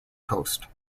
coast